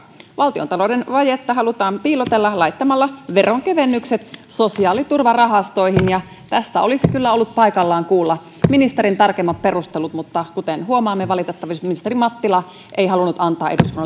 valtiontalouden vajetta halutaan piilotella laittamalla veronkevennykset sosiaaliturvarahastoihin ja tästä olisi kyllä ollut paikallaan kuulla ministerin tarkemmat perustelut mutta kuten huomaamme valitettavasti ministeri mattila ei halunnut antaa eduskunnalle